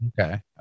Okay